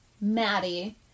maddie